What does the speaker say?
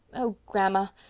oh grandma,